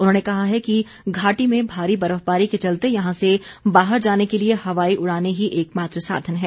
उन्होंने कहा है कि घाटी में भारी बर्फबारी के चलते यहां से बाहर जाने के लिए हवाई उड़ाने ही एकमात्र साधन है